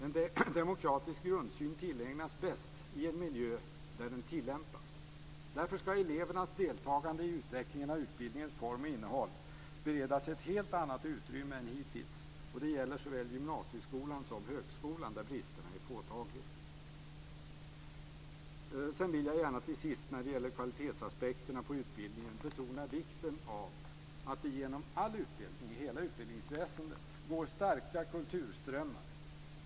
En demokratisk grundsyn tillägnas bäst i den miljö där den tillämpas. Därför ska elevernas deltagande i utvecklingen av utbildningens form och innehåll beredas ett helt annat utrymme än hittills. Det gäller såväl gymnasieskolan som högskolan där bristerna är påtagliga. När det gäller kvalitetsaspekterna på utbildningen vill jag gärna till sist betona vikten av att det genom all utbildning i hela utbildningsväsendet går starka kulturströmmar.